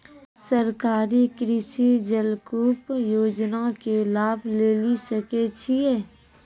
सरकारी कृषि जलकूप योजना के लाभ लेली सकै छिए?